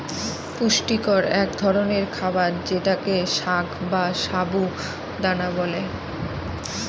পুষ্টিকর এক ধরনের খাবার যেটাকে সাগ বা সাবু দানা বলে